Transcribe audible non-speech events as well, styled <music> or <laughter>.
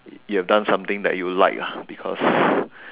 you you've done something that you like ah because <breath>